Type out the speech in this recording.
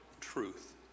truth